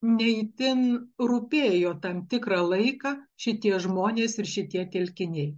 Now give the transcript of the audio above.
ne itin rūpėjo tam tikrą laiką šitie žmonės ir šitie telkiniai